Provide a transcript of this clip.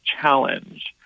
challenge